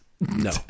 No